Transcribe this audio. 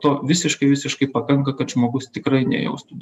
to visiškai visiškai pakanka kad žmogus tikrai nejaustų